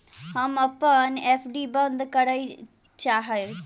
हम अपन एफ.डी बंद करय चाहब